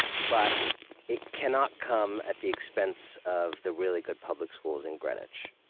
but it cannot come at the expense of the really good public schools in greenwich.